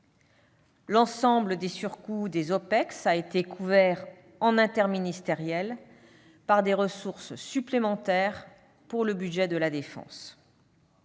extérieures, les OPEX, ont été couverts en interministériel par des ressources supplémentaires pour le budget de la défense.